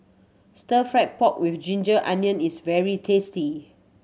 stir fried pork with ginger onion is very tasty